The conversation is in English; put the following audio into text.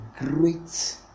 great